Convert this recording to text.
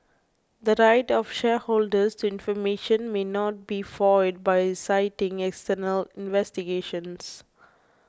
the right of shareholders to information may not be foiled by citing external investigations